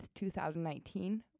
2019